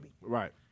Right